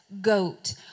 goat